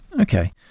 Okay